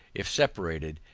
if separated,